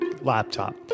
laptop